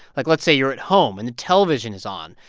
like, let's say you're at home, and the television is on.